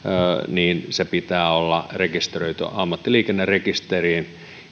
pitää olla rekisteröity ammattiliikennerekisteriin